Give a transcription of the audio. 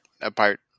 apart